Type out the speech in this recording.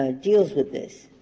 ah deals with this,